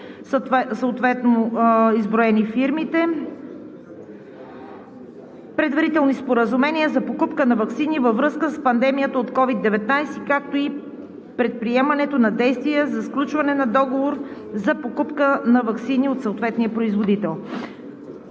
съответно са изброени фирмите, предварителни споразумения за покупка на ваксини във връзка с пандемията от COVID-19, както и предприемането на действия за сключване на договор за покупка на ваксини от съответния производител.